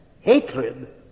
hatred